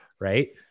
Right